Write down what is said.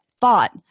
thought